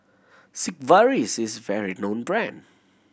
Sigvaris is a well known brand